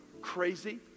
crazy